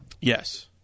Yes